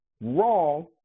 wrong